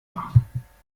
machen